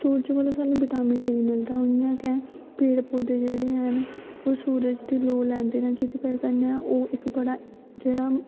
सूरज कोला सानूं vitamin D मिलदा उइ'आं गै पेड़ पौधे जेह्ड़े हैन ओह् सूरज दी लोऽ लैंदे न जेह्दी बजह् कन्नै ओह् इक बड़ा जेह्ड़ा